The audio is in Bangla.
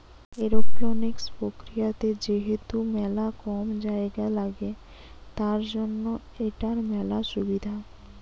এরওপনিক্স প্রক্রিয়াতে যেহেতু মেলা কম জায়গা লাগে, তার জন্য এটার মেলা সুবিধা